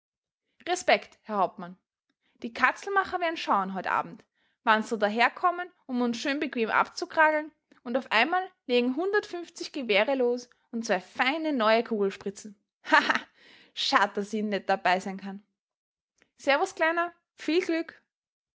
respekt herr hauptmann die katzelmacher wer'n schaun heut abend wann's so daherkommen um uns schön bequem abzukrageln und auf einmal legen hundertfünfzig gewehre los und zwei feine neue kugelspritzen haha schad daß i net dabei sein kann servus kleiner viel glück